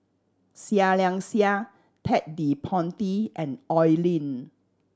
Seah Liang Seah Ted De Ponti and Oi Lin